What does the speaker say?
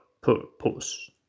purpose